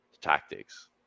tactics